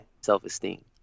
self-esteem